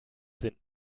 sind